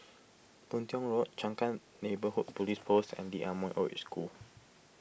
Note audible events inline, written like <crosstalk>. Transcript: Boon Tiong Road Changkat Neighbourhood Police Post <noise> and Lee Ah Mooi Old Age School